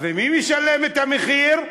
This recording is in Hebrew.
ומי משלם את המחיר?